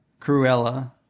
Cruella